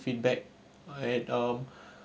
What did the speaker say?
feedback at um